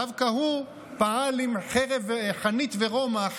דווקא הוא פעל עם חרב חנית ורומח